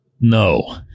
no